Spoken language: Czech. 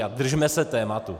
A držme se tématu.